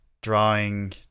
Drawing